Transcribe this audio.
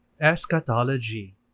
Eschatology